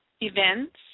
events